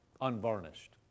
unvarnished